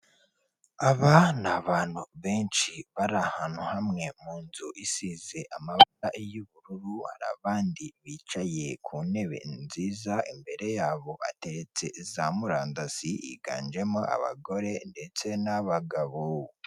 Aba ni abantu benshi bari ahantu hamwe mu nzu isize amabara y'ubururu, hari abandi bicaye ku ntebe nziza, imbere yabo hateretse za murandasi higanjemo abagore ndetse n'abagabo.